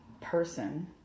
person